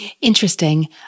Interesting